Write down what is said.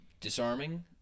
disarming